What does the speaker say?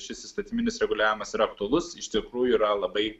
šis įstatyminis reguliavimas yra aktualus iš tikrųjų yra labai